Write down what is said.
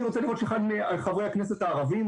אני רוצה לראות שאחד מחברי הכנסת הערבים,